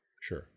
Sure